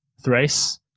thrice